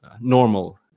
normal